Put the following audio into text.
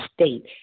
state